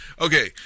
Okay